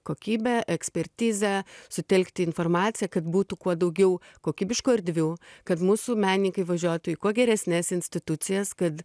kokybę ekspertizę sutelkti informaciją kad būtų kuo daugiau kokybiškų erdvių kad mūsų meninkai važiuotų į kuo geresnes institucijas kad